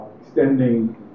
extending